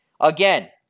Again